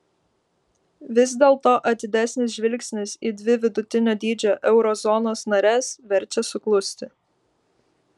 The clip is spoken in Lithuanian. vis dėlto atidesnis žvilgsnis į dvi vidutinio dydžio euro zonos nares verčia suklusti